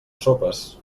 sopes